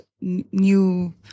new